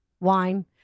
wine